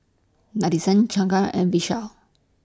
Nadesan Jahangir and Vishal